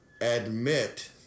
admit